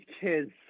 kids